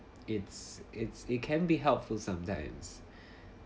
it's it's it can be helpful sometimes